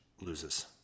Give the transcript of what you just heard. loses